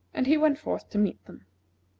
and he went forth to meet them.